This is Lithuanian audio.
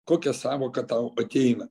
kokia sąvoka tau ateina